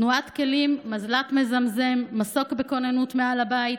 תנועת כלים, מזל"ט מזמזם, מסוק בכוננות מעל הבית.